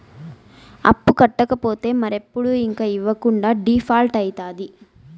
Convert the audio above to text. అప్పు కట్టకపోతే మరెప్పుడు ఇంక ఇవ్వకుండా డీపాల్ట్అయితాది